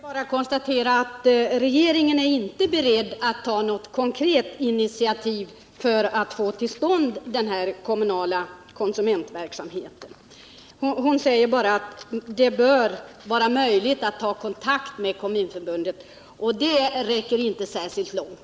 Herr talman! Jag vill bara konstatera att regeringen inte är beredd att ta något konkret initiativ för att få till stånd den kommunala konsumentverksamheten. Ingegärd Oskarsson säger bara att det bör vara möjligt att ta kontakt med Kommunförbundet, men det räcker inte särskilt långt.